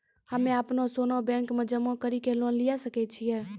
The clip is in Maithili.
हम्मय अपनो सोना बैंक मे जमा कड़ी के लोन लिये सकय छियै?